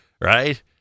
right